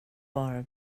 bara